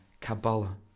Kabbalah